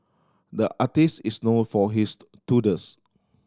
the artist is known for his doodles